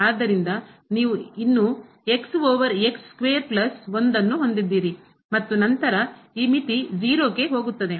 ಆದ್ದರಿಂದ ನೀವು ಇನ್ನೂ ಓವರ್ ಸ್ಕ್ವೇರ್ ಪ್ಲಸ್ ಮತ್ತು ನಂತರ ಈ ಮಿತಿ ಹೋಗುತ್ತದೆ